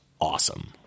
awesome